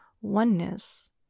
oneness